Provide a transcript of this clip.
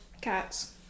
cats